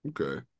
Okay